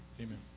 Amen